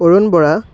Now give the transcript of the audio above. Arun Bora